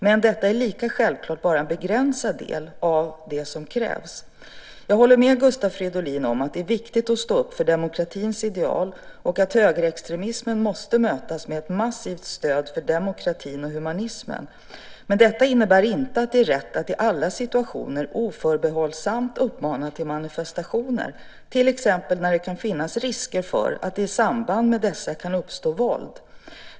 Men detta är lika självklart bara en begränsad del av det som krävs. Jag håller med Gustav Fridolin om att det är viktigt att stå upp för demokratins ideal och att högerextremismen måste mötas med ett massivt stöd för demokratin och humanismen. Men detta innebär inte att det är rätt att i alla situationer oförbehållsamt uppmana till manifestationer, till exempel när det kan finnas risker för att det i samband med demonstrationer kan uppstå våld.